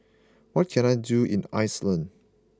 what can I do in Iceland